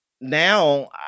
now